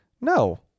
No